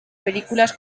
películas